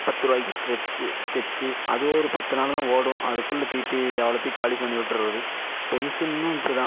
பத்துருபாய்க்கி ஸ்கெட்சி ஸ்கெட்சி அதுவும் ஒரு பத்து நாள்தான் ஓடும் அதுக்குள்ளே தீட்டி அவ்வளோத்தையும் காலி பண்ணி விட்டுர்றது பென்சிலும் இப்படிதான்